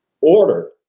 order